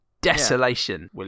desolation